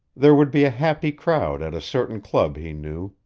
there would be a happy crowd at a certain club he knew,